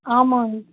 ஆமாங்க